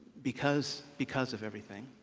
because, because of everything,